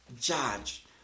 judge